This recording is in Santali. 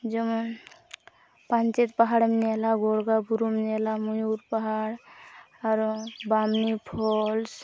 ᱡᱮᱢᱚᱱ ᱯᱟᱧᱪᱮᱛ ᱯᱟᱦᱟᱲᱮᱢ ᱧᱮᱞᱟ ᱜᱳᱨᱜᱟᱵᱩᱨᱩᱢ ᱧᱮᱞᱟ ᱢᱚᱭᱩᱨ ᱯᱟᱦᱟᱲ ᱟᱨᱚ ᱵᱟᱢᱱᱤ ᱯᱷᱚᱞᱥ